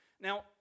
Now